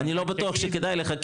אני לא בטוח שכדאי לך,